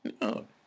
No